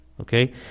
Okay